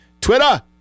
Twitter